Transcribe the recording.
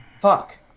Fuck